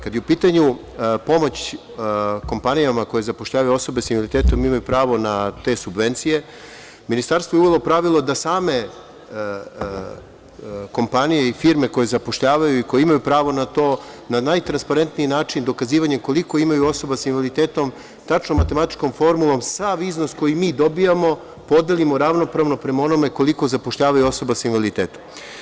Kada je u pitanju pomoć kompanijama koje zapošljavaju osobe sa invaliditetom, imaju pravo na te subvencije, Ministarstvo je uvelo pravilo da same kompanije i firme koje zapošljavaju i koje imaju pravo na to, na najtransparentniji način dokazivanje koliko imaju osoba sa invaliditetom, tačnom matematičkom formulom, sav iznos koji mi dobijamo podelimo ravnopravno prema onome koliko zapošljavaju osoba sa invaliditetom.